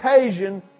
occasion